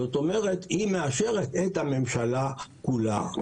זאת אומרת, היא מאשרת את הממשלה כולה.